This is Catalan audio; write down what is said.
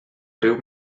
riu